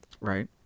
Right